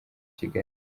kigali